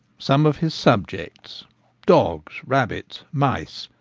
some of his subjects dogs, rabbits, mice,